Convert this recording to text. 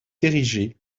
érigé